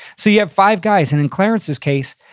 so yeah five guys, and in clarence's case,